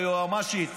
היועמ"שית